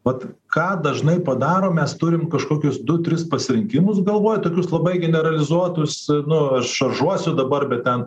vat ką dažnai padarom mes turim kažkokius du tris pasirinkimus galvoj tokius labai generalizuotus nu šaržuosiu dabar bet ten